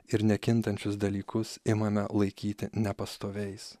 ir nekintančius dalykus imame laikyti nepastoviais